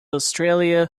australia